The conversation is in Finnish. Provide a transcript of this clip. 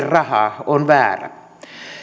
rahaa on väärä